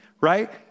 right